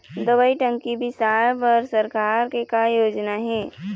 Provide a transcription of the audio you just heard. दवई टंकी बिसाए बर सरकार के का योजना हे?